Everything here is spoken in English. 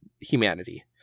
humanity